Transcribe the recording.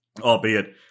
albeit